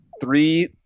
three –